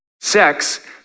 Sex